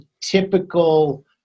typical